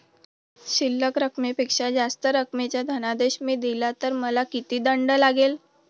शिल्लक रकमेपेक्षा जास्त रकमेचा धनादेश मी दिला तर मला किती दंड लागेल?